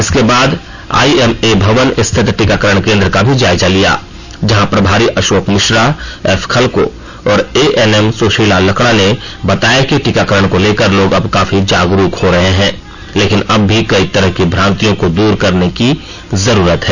इसके बाद आईएमए भवन स्थित टीकाकरण केंद्र का भी जायजा लिया जहां प्रभारी अशोक मिश्रा एफ खलखो और एएनएम सुशीला लकड़ा ने बताया कि टीकाकरण को लेकर लोग अब काफी जागरूक हो रहे हैं लेकिन अब भी कई तरह की भ्रांतियों को दूर करने की जरुरत है